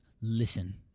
listen